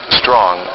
strong